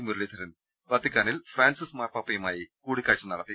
മുരളീധരൻ വത്തിക്കാ നിൽ ഫ്രാൻസിസ് മാർപാപ്പയുമായി കൂട്ടിക്കാഴ്ച നടത്തി